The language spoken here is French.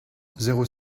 zéro